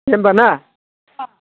दे होमबा ना